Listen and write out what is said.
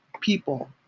people